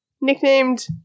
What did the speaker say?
nicknamed